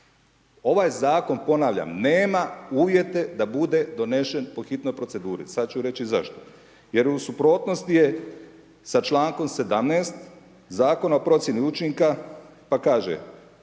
Ovaj zakon ponavljam nema uvjete da bude donesen po hitnoj proceduri, sada ću reći i zašto, jer u suprotnosti je sa čl. 17. Zakona o procjeni učinka, pa kaže,